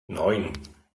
neun